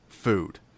Food